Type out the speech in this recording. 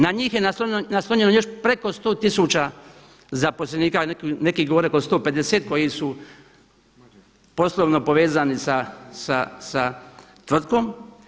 Na njih je naslonjeno još preko 100 000 zaposlenika, neki govore kao 150 koji su poslovno povezani sa tvrtkom.